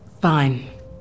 Fine